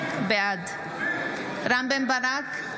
בעד רם בן ברק,